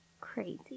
crazy